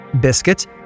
biscuit